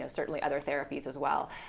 so certainly other therapies as well.